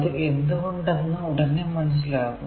അത് എന്തുകൊണ്ടെന്ന് ഉടനെ മനസ്സിലാകും